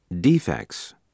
Defects